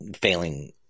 failing